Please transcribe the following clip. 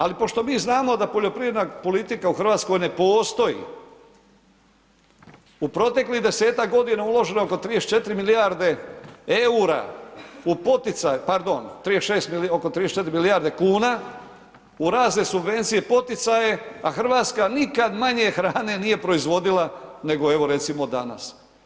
Ali pošto mi znamo da poljoprivredna politika u Hrvatskoj ne postoji u proteklih desetak godina uloženo je oko 34 milijarde eura u poticaj, pardon oko 34 milijarde kuna u razne subvencije, poticaje, a Hrvatska nikad manje hrane nije proizvodila nego evo recimo danas.